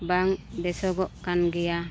ᱵᱟᱝ ᱵᱮᱥᱚᱜᱚᱜ ᱠᱟᱱ ᱜᱮᱭᱟ